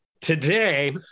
today